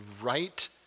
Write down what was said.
right